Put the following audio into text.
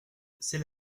c’est